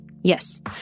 Yes